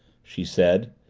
she said.